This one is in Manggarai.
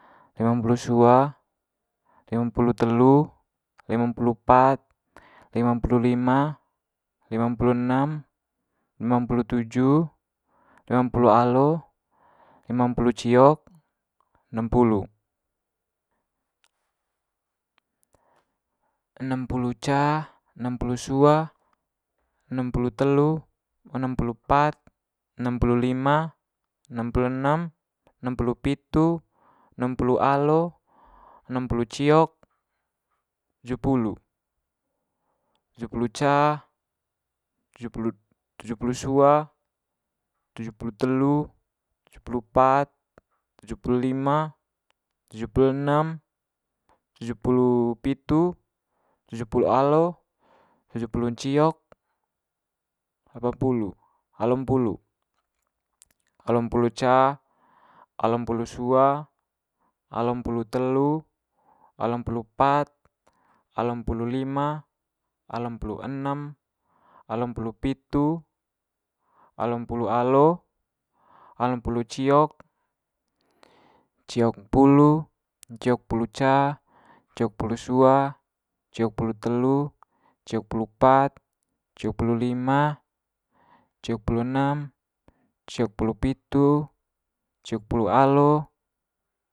Limampulu sua limampulu telu limampulu pat limampulu lima limampulu enem limampulu tuju limampulu alo limampulu ciok enempulu. enempulu ca enempulu sua enempulu telu enempulu pat enempulu lima enempulu enem enempulu pitu enempulu alo enempulu ciok tujupulu. tujupulu ca tujupulu tujupulu sua tujupulu telu tujupulu pat tujupulu lima tujupulu enem tujupulu pitu tujupulu alo tujupulun ciok lapanpulu alompulu. Alompulu ca alompulu sua alompulu telu alompulu pat alompulu lima alompulu enem alompulu pitu alompulu alo alompulu ciok ciokmpulu. Ciokpulu ca ciokpulu sua ciokpulu telu ciokpulu pat ciokpulu lima ciokpulu enem ciokpulu pitu ciokpulu alo.